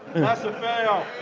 and that's a fail.